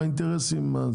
באינטרסים.